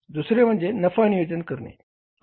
दुसरे म्हणजे नफा नियोजन करणे